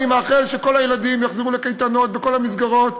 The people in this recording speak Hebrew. אני מאחל שכל הילדים יחזרו לקייטנות ולכל המסגרות.